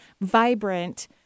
vibrant